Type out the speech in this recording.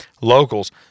locals